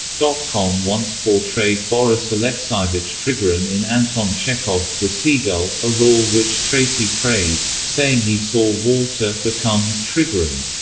dot com once portrayed boris alexeyevich trigorin in anton chekhov's the seagull, a role which tracy praised, saying he saw walter become trigorin.